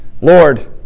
Lord